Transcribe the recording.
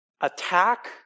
Attack